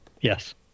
Yes